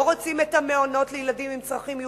רוצים את המעונות לילדים עם צרכים מיוחדים,